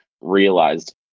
realized